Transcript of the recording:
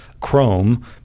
Chrome